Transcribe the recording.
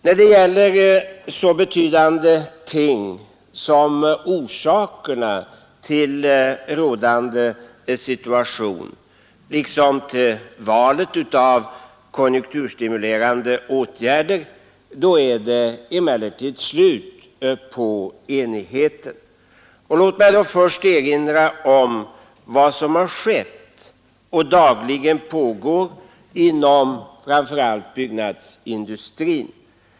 När det gäller så betydande ting som orsakerna till rådande situation liksom till valet av konjunkturstimulerande åtgärder är det emellertid slut på enigheten. Låt mig erinra om vad som har skett och dagligen pågår inom framför allt byggnadsindustrin.